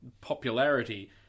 popularity